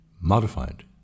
modified